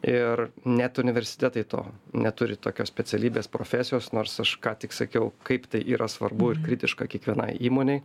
ir net universitetai to neturi tokios specialybės profesijos nors aš ką tik sakiau kaip tai yra svarbu ir kritiška kiekvienai įmonei